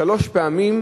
שלוש פעמים,